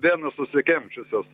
venos užsikimšusios